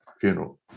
funeral